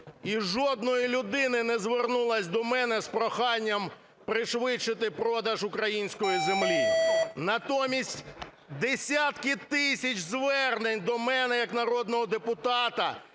і жодної людини не звернулось до мене з проханням пришвидшити продаж української землі. Натомість десятки тисяч звернень до мене як народного депутата